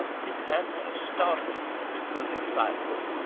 his answer startled me into perfect silence.